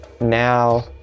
now